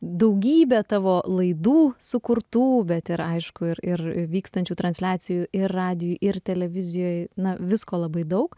daugybę tavo laidų sukurtų bet ir aišku ir ir vykstančių transliacijų ir radijuj ir televizijoj na visko labai daug